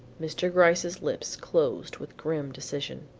mr. gryce's lips closed with grim decision.